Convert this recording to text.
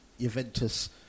Juventus